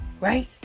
right